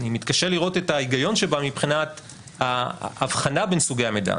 אני מתקשה לראות את ההיגיון שבה מבחינת ההבחנה בין סוגי המידע,